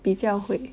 比较会